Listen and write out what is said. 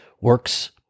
works